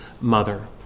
mother